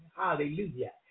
Hallelujah